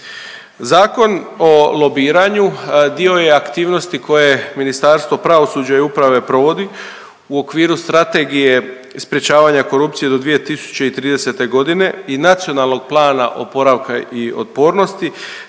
Zakon o lobiranju dio je aktivnosti koje Ministarstvo pravosuđa i uprave provodi u okviru Strategije sprječavanja korupcije do 2030. g. i Nacionalnog plana oporavka i otpornosti